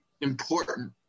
important